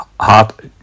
hot